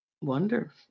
Wonder